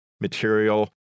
material